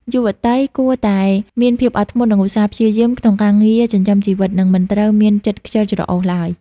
យុវតីគួរតែ "មានភាពអត់ធ្មត់ និងឧស្សាហ៍ព្យាយាម" ក្នុងការងារចិញ្ចឹមជីវិត និងមិនត្រូវមានចិត្តខ្ជិលច្រអូសឡើយ។